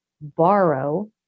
borrow